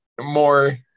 more